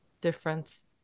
difference